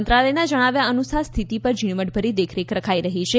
મંત્રાલયના જણાવ્યા અનુસાર સ્થિતિ પર ઝીણવટીભરી દેખરેખ રખાઈ રહી છે